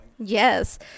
Yes